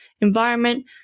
environment